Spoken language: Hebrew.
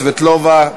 סבטלובה.